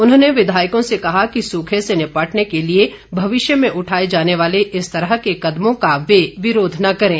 उन्होंने विधायकों से कहा कि सूखे से निपटने के लिए भविष्य में उठाए जाने वाले इस तरह के कदमों का वह विरोध न करें